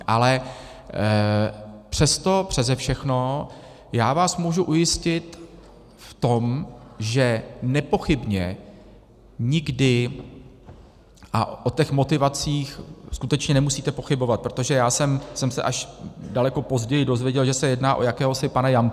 Ale přesto přese všechno já vás můžu ujistit v tom, že nepochybně nikdy, a o těch motivacích skutečně nemusíte pochybovat, protože já jsem se až daleko později dozvěděl, že se jedná o jakéhosi pana Jampílka.